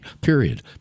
period